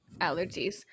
allergies